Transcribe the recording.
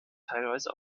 teilweise